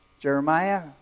Jeremiah